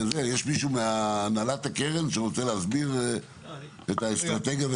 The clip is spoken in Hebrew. יש מישהו מהנהלת הקרן שרוצה להסביר את האסטרטגיה?